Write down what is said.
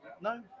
No